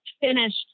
finished